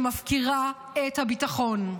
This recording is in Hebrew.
שמפקירה את הביטחון.